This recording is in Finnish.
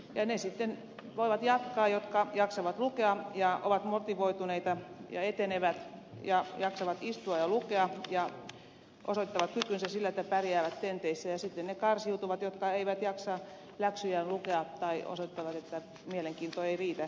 ne sitten voivat jatkaa jotka jaksavat lukea ja ovat motivoituneita ja etenevät ja jaksavat istua ja lukea ja osoittavat kykynsä sillä että pärjäävät tenteissä ja sitten ne karsiutuvat jotka eivät jaksa läksyjään lukea tai osoittavat että mielenkiinto ei riitä